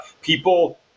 people